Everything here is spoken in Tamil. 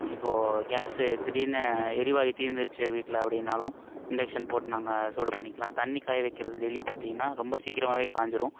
இப்போது கேஸ்ஸு திடீர்னு எரிவாயு தீந்துடுச்சு வீட்டில் அப்படின்னாலும் இண்டக்ஷன் போட்டு நாங்கள் சூடு பண்ணிக்கலாம் தண்ணி காயை வக்கிறது டெய்லி பார்த்தீங்கன்னா ரொம்ப சீக்கிரமாகவே காஞ்சிடும்